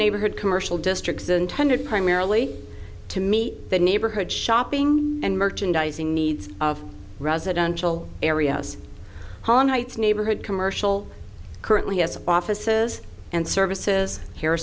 neighborhood commercial district is intended primarily to meet the neighborhood shopping and merchandising needs of residential areas hahn heights neighborhood commercial currently has offices and services h